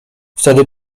wtedy